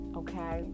okay